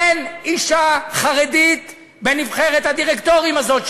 אין אישה חרדית בנבחרת הדירקטורים הזאת,